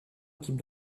équipe